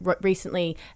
recently